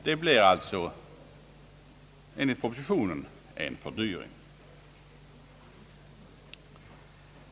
Det kommer därför att bli en fördyring enligt propositionens förslag.